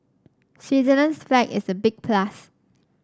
Switzerland's flag is a big plus